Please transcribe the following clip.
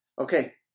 Okay